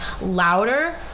louder